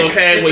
Okay